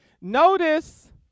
Notice